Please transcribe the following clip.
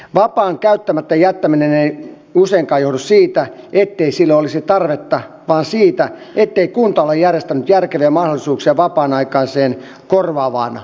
vapaan käyttämättä jättäminen ei useinkaan johdu siitä ettei sille olisi tarvetta vaan siitä ettei kunta ole järjestänyt järkeviä mahdollisuuksia vapaan aikaiseen korvaavaan hoitoon